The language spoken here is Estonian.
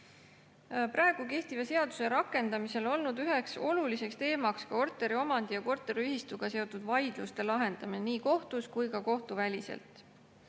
Kehtiva seaduse rakendamisel on olnud üheks oluliseks teemaks korteriomandi ja korteriühistuga seotud vaidluste lahendamine nii kohtus kui ka kohtuväliselt.